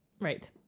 Right